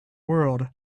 world